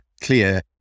clear